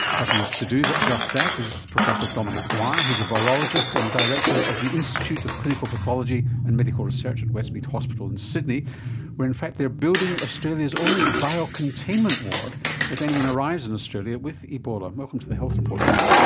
helping us to do just that is professor dominic dwyer who is a virologist and director of the institute of clinical pathology and medical research at westmead hospital in sydney where in fact they are building australia's only bio-containment ward if anyone arrives in australia with ebola. welcome to the health report dominic.